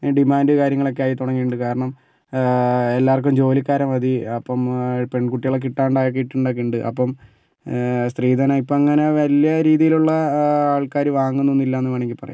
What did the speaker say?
demand കാര്യങ്ങളൊക്കെ ആയി തുടങ്ങിയിട്ടുണ്ട് കാരണം എല്ലാവർക്കും ജോലിക്കാരെ മതി അപ്പം പെൺകുട്ടികളെ കിട്ടാണ്ട് ആക്കിട്ടൊക്കെ ഉണ്ട് അപ്പം സ്ത്രീധനം ഇപ്പം അങ്ങനെ വലിയ രീതിയിലുള്ള ആൾക്കാര് വാങ്ങുന്നത് ഒന്നും ഇല്ലാന്ന് വേണമെങ്കിൽ പറയാം